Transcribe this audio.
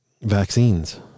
vaccines